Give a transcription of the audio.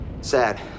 Sad